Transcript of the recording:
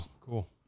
Cool